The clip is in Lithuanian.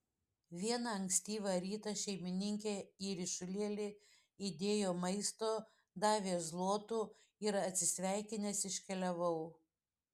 vieną ankstyvą rytą šeimininkė į ryšulėlį įdėjo maisto davė zlotų ir atsisveikinęs iškeliavau